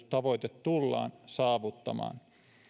tavoite tullaan saavuttamaan